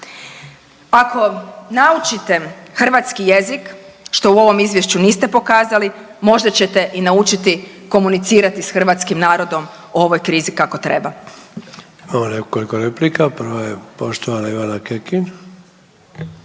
Ako naučite hrvatski jezik što u ovom izvješću niste pokazali možda ćete i naučiti komunicirati sa hrvatskim narodom o ovoj krizi kako treba.